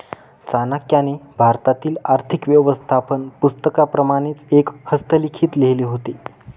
चाणक्याने भारतातील आर्थिक व्यवस्थापन पुस्तकाप्रमाणेच एक हस्तलिखित लिहिले होते